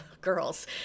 girls